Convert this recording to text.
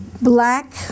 black